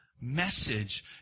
Message